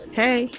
hey